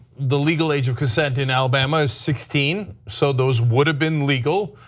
the legal age of consent in alabama is sixteen, so those would have been legal.